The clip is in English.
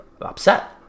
upset